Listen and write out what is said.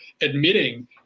admitting